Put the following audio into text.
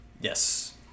Yes